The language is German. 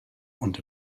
und